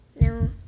No